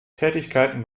tätigkeiten